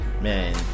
Man